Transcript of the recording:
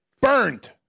Burned